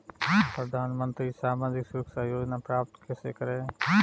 प्रधानमंत्री सामाजिक सुरक्षा योजना प्राप्त कैसे करें?